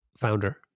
founder